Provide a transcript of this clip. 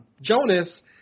Jonas